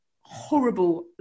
horrible